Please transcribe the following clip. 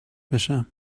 بشم